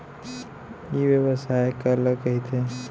ई व्यवसाय काला कहिथे?